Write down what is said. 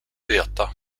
veta